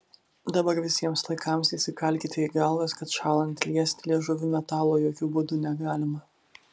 dabar visiems laikams įsikalkite į galvas kad šąlant liesti liežuviu metalo jokiu būdu negalima